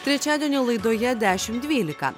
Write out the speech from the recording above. trečiadienio laidoje dešimt dvylika